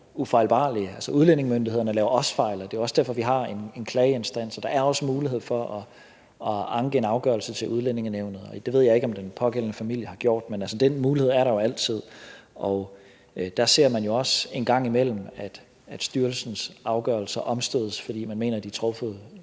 Udlændingemyndighederne laver også fejl, og det er også derfor, vi har en klageinstans, og der er også mulighed for at anke en afgørelse til Udlændingenævnet. Det ved jeg ikke om den pågældende familie har gjort, men den mulighed er der jo altid, og der ser man jo også en gang imellem, at styrelsens afgørelser omstødes, fordi man mener, de forkerte